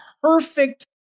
perfect